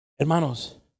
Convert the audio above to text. Hermanos